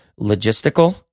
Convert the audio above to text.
logistical